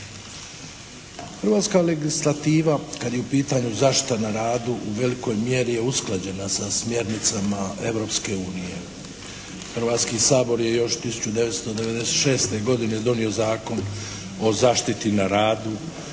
Hrvatska legislativa kad je u pitanju zaštita na radu u velikoj mjeri je usklađena sa smjernicama Europske unije. Hrvatski sabor je još 1996. godine donio Zakon o zaštiti na radu